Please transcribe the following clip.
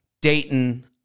Dayton